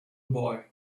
boy